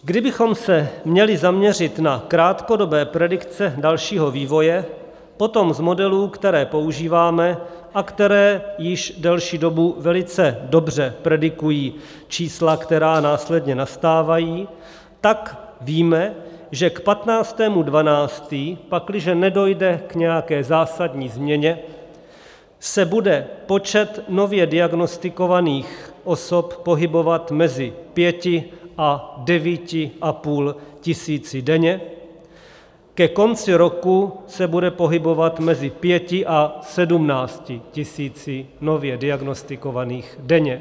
Kdybychom se měli zaměřit na krátkodobé predikce dalšího vývoje, potom z modelů, které používáme a které již delší dobu velice dobře predikují čísla, která následně nastávají, tak víme, že k 15. 12., pakliže nedojde k nějaké zásadní změně, se bude počet nově diagnostikovaných osob pohybovat mezi 5 a 9,5 tisíce denně, ke konci roku se bude pohybovat mezi 5 a 17 tisíci nově diagnostikovaných denně.